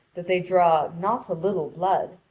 that they draw not a little blood,